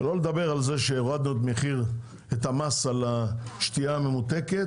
שלא לדבר על זה שהורדנו את המס על השתייה הממותקת,